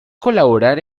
colaborar